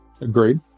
Agreed